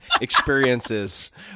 experiences